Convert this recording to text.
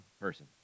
person